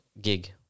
gig